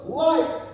light